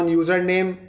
username